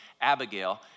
Abigail